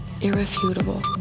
irrefutable